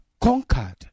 conquered